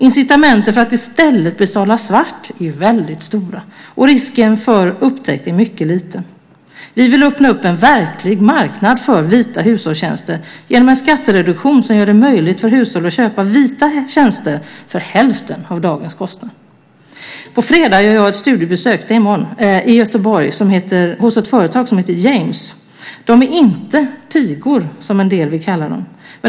Incitamenten för att i stället betala svart är väldigt stora, och risken för upptäckt är mycket liten. Vi vill öppna en verklig marknad för vita hushållstjänster genom en skattereduktion som gör det möjligt för hushåll att köpa vita tjänster för hälften av dagens kostnad. På fredag, det är i morgon, gör jag ett studiebesök i Göteborg hos ett företag som heter James. De är inte pigor, som en del vill kalla dem.